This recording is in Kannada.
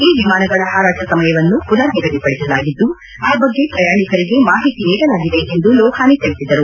ಈ ವಿಮಾನಗಳ ಹಾರಾಟ ಸಮಯವನ್ನು ಪುನರ್ ನಿಗದಿ ಪಡಿಸಲಾಗಿದ್ದು ಆ ಬಗ್ಗೆ ಪ್ರಯಾಣಿಕರಿಗೆ ಮಾಹಿತಿ ನೀಡಲಾಗಿದೆ ಎಂದು ಲೋಹಾನಿ ತಿಳಿಸಿದರು